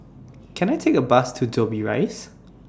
Can I Take A Bus to Dobbie Rise